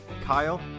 Kyle